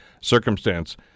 circumstance